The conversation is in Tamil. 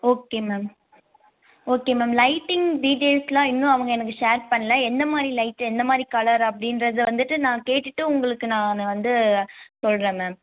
okay ma'am okay ma'am lighting டீட்டெயில்ஸ்லாம் இன்னும் அவங்க எனக்கு ஷேர் பண்ணல என்ன மாதிரி லைட்டு என்ன மாதிரி கலர் அப்படின்றத வந்துட்டு நான் கேட்டுவிட்டு உங்களுக்கு நான் வந்து சொல்கிறேன் மேம்